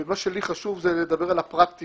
ומה שלי חשוב זה לדבר על הפרקטיקה,